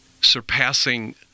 surpassing